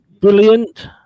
Brilliant